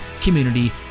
community